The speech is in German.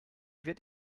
wird